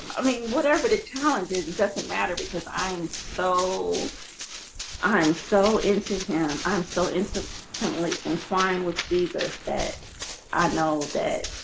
i mean whatever the challenge is doesn't matter because i am so i'm so into him. i'm so intimately entwined with jesus that i know that